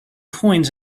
coins